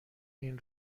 این